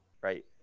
Right